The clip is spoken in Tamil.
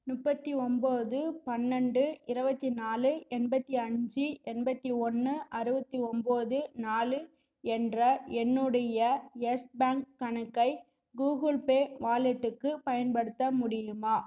முப்பத்தி ஒம்போது பன்னெண்டு இரபத்தி நாலு எண்பத்தி அஞ்சு எண்பத்தி ஒன்று அறுப த்தி ஒம்போது நாலு என்ற என்னுடைய யெஸ் பேங்க் கணக்கை கூகிள் பே வாலெட்டுக்கு பயன்படுத்த முடியுமா